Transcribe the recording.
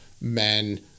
men